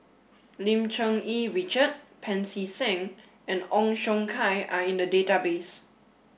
Lim Cherng Yih Richard Pancy Seng and Ong Siong Kai are in the database